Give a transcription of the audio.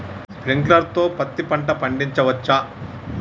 Sprinkler తో పత్తి పంట పండించవచ్చా?